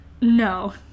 No